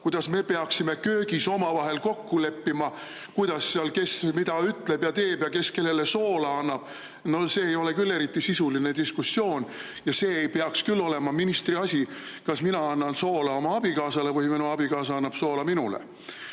kuidas me peaksime köögis omavahel kokku leppima, kuidas seal kes mida ütleb ja teeb ja kes kellele soola annab! See ei ole küll eriti sisuline diskussioon, ja see ei peaks küll olema ministri asi, kas mina annan soola oma abikaasale või minu abikaasa annab soola minule.